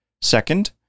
Second